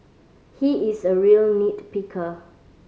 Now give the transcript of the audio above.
he is a real nit picker